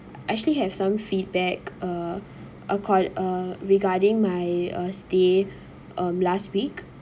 I actually have some feedback uh a call uh regarding my uh stay um last week